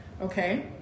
okay